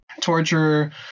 torture